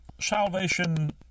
salvation